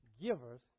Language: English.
givers